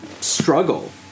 struggle